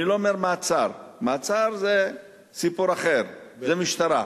אני לא אומר מעצר, מעצר זה סיפר אחר, זה משטרה.